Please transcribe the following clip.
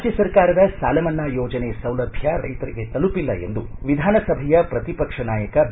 ರಾಜ್ಯ ಸರ್ಕಾರದ ಸಾಲ ಮನ್ನಾ ಯೋಜನೆ ಸೌಲಭ್ಯ ರೈತರಿಗೆ ತಲುಪಿಲ್ಲ ಎಂದು ವಿಧಾನಸಭೆಯ ಶ್ರತಿ ಪಕ್ಷ ನಾಯಕ ಬಿ